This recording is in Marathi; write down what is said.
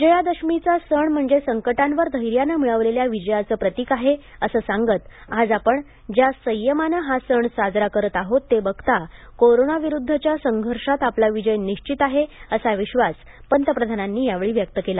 विजयादशमीचा सण म्हणजे संकटांवर धैर्यानं मिळवलेल्या विजयाचंही प्रतिक आहे असं सांगत आज आपण ज्या संयमानं हा सण साजरा करत आहोत ते बघता कोरोनाविरुद्धच्या संघर्षात आपला विजय निश्वित आहे असा विश्वास पंतप्रधानांनी यावेळी व्यक्त केला